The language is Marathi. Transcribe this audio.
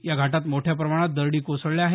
या घाटात मोठ्या प्रमाणात दरडी कोसळल्या आहेत